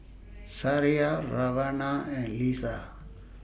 Sariah Rowena and Leisa